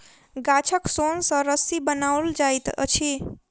गाछक सोन सॅ रस्सी बनाओल जाइत अछि